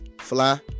Fly